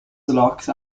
locks